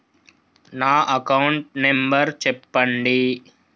నా account number చెప్పండి?